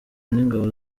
n’ingabo